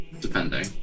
Depending